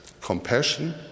compassion